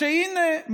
שהינה,